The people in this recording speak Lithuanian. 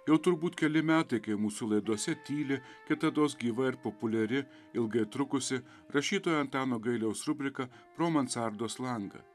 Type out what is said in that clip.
jau turbūt keli metai kai mūsų laidose tyli kitados gyva ir populiari ilgai trukusi rašytojo antano gailiaus rubrika pro mansardos langą